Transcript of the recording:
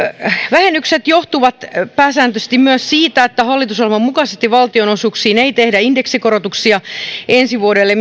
vähennykset johtuvat pääsääntöisesti siitä että hallitusohjelman mukaisesti valtionosuuksiin ei tehdä indeksikorotuksia ensi vuodelle